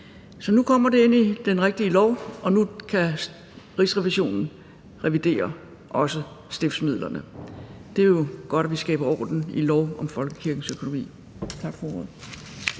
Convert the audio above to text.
Så nu kommer det ind i den rigtige lov, og nu kan Rigsrevisionen også revidere stiftsmidlerne. Det er jo godt, at vi skaber orden i lov om folkekirkens økonomi. Tak for ordet.